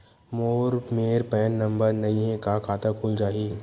मोर मेर PAN number नई हे का खाता खुल जाही?